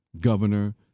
Governor